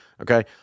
Okay